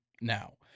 now